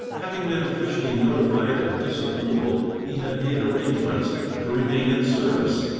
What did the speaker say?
having been officially notified of disapproval, he had made arrangements to remain in service.